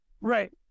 Right